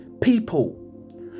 people